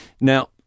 now